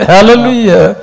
Hallelujah